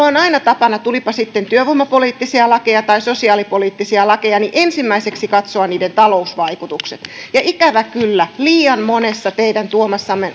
on on aina tapana tulipa sitten työvoimapoliittisia lakeja tai sosiaalipoliittisia lakeja ensimmäiseksi katsoa niiden talousvaikutukset ikävä kyllä liian monessa teidän tuomassanne